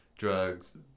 Drugs